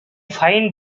find